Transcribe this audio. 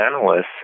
analysts